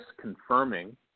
confirming